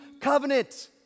covenant